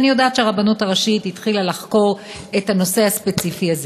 אני יודעת שהרבנות הראשית החלה לחקור את הנושא הספציפי הזה,